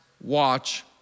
watch